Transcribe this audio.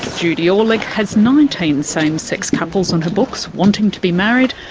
judy aulich has nineteen same-sex couples on her books wanting to be married,